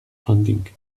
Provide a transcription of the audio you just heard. funding